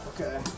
Okay